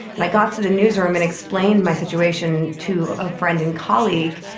and i got to the newsroom and explained my situation to a friend and colleague,